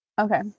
okay